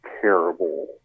terrible